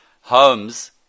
homes